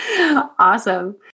Awesome